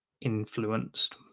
influenced